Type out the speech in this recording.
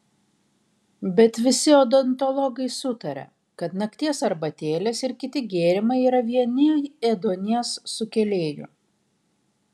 bet visi odontologai sutaria kad nakties arbatėlės ir kiti gėrimai yra vieni ėduonies sukėlėjų